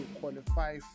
qualify